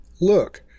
Look